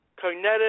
cognitive